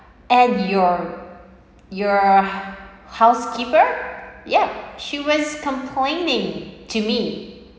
and your your housekeeper ya she was complaining to me